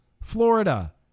Florida